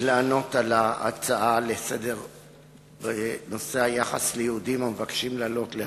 על ההצעה לסדר-היום בנושא היחס ליהודים המבקשים לעלות להר-הבית.